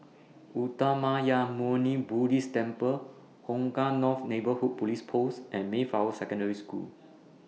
Uttamayanmuni Buddhist Temple Hong Kah North Neighbourhood Police Post and Mayflower Secondary School